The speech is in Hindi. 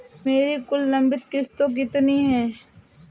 मेरी कुल लंबित किश्तों कितनी हैं?